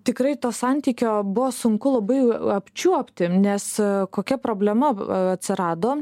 tikrai to santykio buvo sunku labai apčiuopti nes kokia problema atsirado